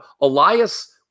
Elias